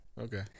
okay